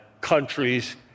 countries